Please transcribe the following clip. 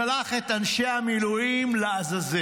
ששלח את אנשי המילואים לעזאזל